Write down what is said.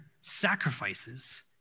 sacrifices